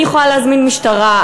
אני יכולה להזמין משטרה,